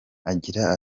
agira